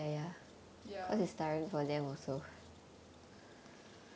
ya